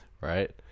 right